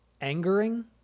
angering